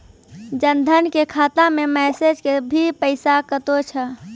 जन धन के खाता मैं मैसेज के भी पैसा कतो छ?